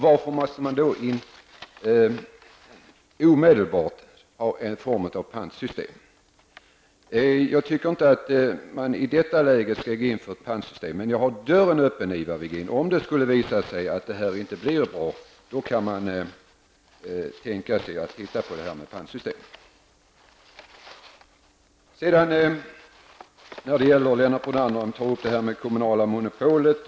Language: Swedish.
Varför måste man omedelbart införa en form av pantsystem? Jag tycker inte att man i detta läge skall gå in för ett pantsystem, men jag håller dörren öppen, Ivar Virgin. Om det skulle visa sig att det här inte blir bra kan man tänka sig att titta närmare på ett pantsystem. Lennart Brunander tog upp det kommunala monopolet.